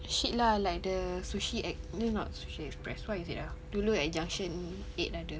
shit lah like the sushi at eh not Sushi Express what is it ah dulu at junction eight ada